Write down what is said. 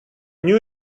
knew